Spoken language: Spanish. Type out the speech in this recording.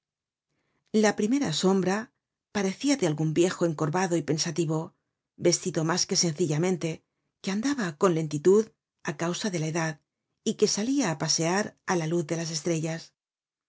la primera sombra parecía de algun viejo encorvado y pensativo vestido mas que sencillamente que andaba con lentitud á causa de la edad y que salia á pasear á la luz de las estrellas